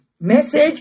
message